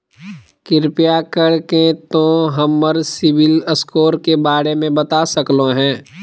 कृपया कर के तों हमर सिबिल स्कोर के बारे में बता सकलो हें?